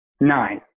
nine